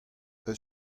eus